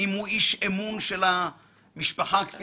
אין לי